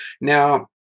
Now